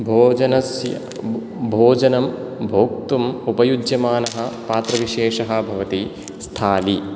भोजनस्य भोजनं भोक्तुम् उपयुज्यमानः पात्रविशेषः भवति स्थाली